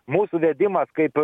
mūsų vedimas kaip